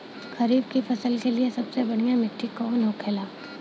खरीफ की फसल के लिए सबसे बढ़ियां मिट्टी कवन होखेला?